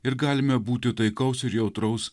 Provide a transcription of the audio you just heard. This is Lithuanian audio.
ir galime būti taikaus ir jautraus